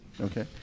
Okay